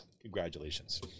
Congratulations